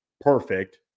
perfect